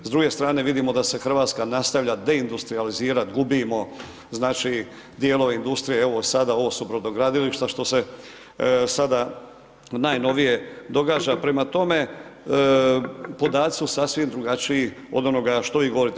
S druge strane, vidimo da se Hrvatska nastavlja deindustrijalizirati, gubimo znači, dijelove industrije, evo sada ovo su brodogradilišta, što se sada najnovije događa, prema tome, podaci su sasvim drugačiji od onoga što vi govorite.